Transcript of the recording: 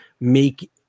make